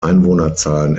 einwohnerzahlen